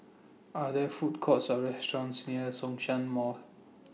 Are There Food Courts Or restaurants near Zhongshan Mall